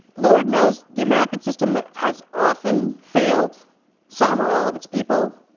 lord knows the american system has often failed some or all of its people.